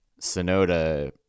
Sonoda